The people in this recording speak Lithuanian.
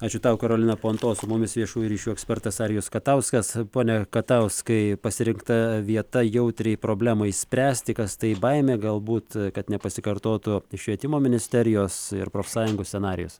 ačiū tau karolina panto su mumis viešųjų ryšių ekspertas arijus katauskas pone katauskai pasirinkta vieta jautriai problemai spręsti kas tai baimė galbūt kad nepasikartotų švietimo ministerijos ir profsąjungų scenarijus